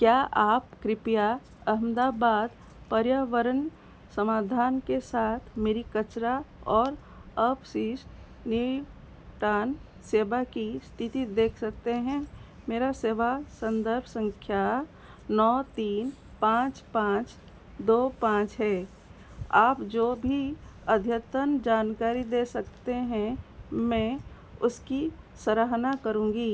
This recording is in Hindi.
क्या आप कृपया अहमदाबाद पर्यावरण समाधान के साथ मेरी कचरा और अपशिष्ट निपटान सेवा की इस्थिति देख सकते हैं मेरा सेवा सन्दर्भ सँख्या नौ तीन पाँच पाँच दो पाँच है आप जो भी अद्यतन जानकारी दे सकते हैं मैं उसकी सराहना करूँगी